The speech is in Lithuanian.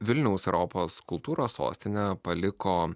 vilniaus europos kultūros sostinę paliko